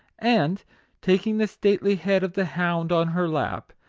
and taking the stately head of the hound on her lap,